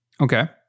Okay